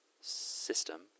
system